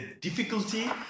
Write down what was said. difficulty